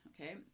okay